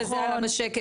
וזה היה בשקף,